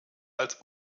als